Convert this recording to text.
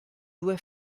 due